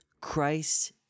Christ